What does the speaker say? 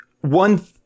one